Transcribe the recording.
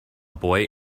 boy